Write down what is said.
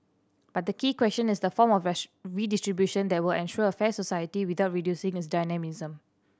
but the key question is the form of redistribution that will ensure a fair society without reducing its dynamism